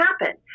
happen